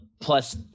plus